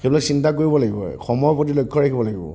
সেইবিলাক চিন্তা কৰিব লাগিব সময়ৰ প্ৰতি লক্ষ্য ৰাখিব লাগিব